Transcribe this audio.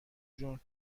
جون